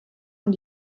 und